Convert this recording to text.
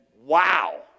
wow